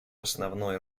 основной